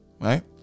Right